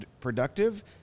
productive